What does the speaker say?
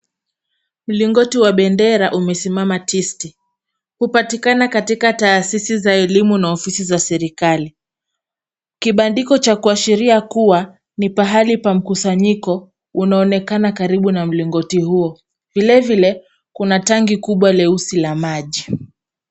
Mlingoti wa bendera umesimama tisti. Hupatikana katika taasisi za elimu na offisi za serikali. Kibandiko cha kuashiria kuwa ni pahali pa mkusanyiko unaonekana karibu na mlingoti huo ,vile vile Kuna tangi leusi la maji.